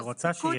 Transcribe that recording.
היא רוצה שיהיה.